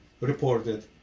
reported